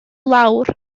lawr